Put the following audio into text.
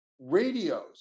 radios